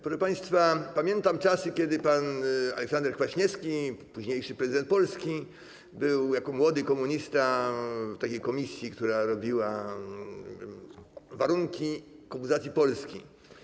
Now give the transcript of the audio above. Proszę państwa, pamiętam czasy, kiedy pan Aleksander Kwaśniewski, późniejszy prezydent Polski, był jako młody komunista w komisji, która przygotowywała warunki komunizacji Polski.